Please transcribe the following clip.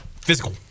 Physical